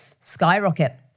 skyrocket